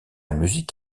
musique